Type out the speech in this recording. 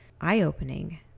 eye-opening